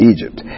Egypt